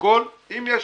לא, אמרתי אם הוא היה